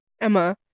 Emma